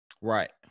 right